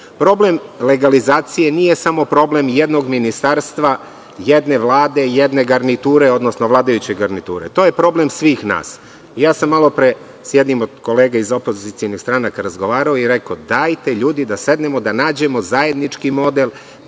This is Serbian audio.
legalizacije nije samo problem jednog ministarstva, jedne vlade, jedne garniture, odnosno vladajuće garniture. To je problem svih nas. Malopre sam sa jednim od kolega iz opozicionih stranaka razgovarao i rekao – dajte ljudi da sednemo i da nađemo zajednički model